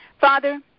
Father